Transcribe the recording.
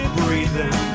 breathing